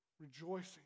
rejoicing